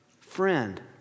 friend